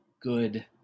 good